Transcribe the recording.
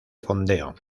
fondeo